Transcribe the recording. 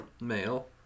male